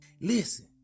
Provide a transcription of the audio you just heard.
Listen